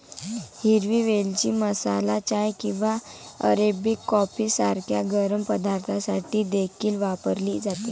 हिरवी वेलची मसाला चाय किंवा अरेबिक कॉफी सारख्या गरम पदार्थांसाठी देखील वापरली जाते